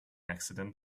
accident